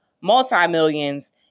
multi-millions